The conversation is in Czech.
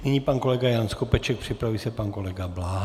Nyní pan kolega Jan Skopeček, připraví se pan kolega Bláha.